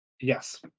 Yes